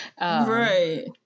right